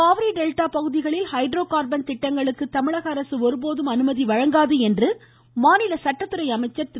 Kaveri delta பகுதிகளில் hydrocarbon திட்டங்களுக்கு தமிழக அரசு ஒருபோதும் அனுமதி வழங்காது என்று மாநில சட்டத்துறை அமைச்சர் திரு